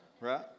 right